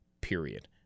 period